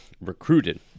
recruited